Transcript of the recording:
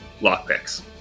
lockpicks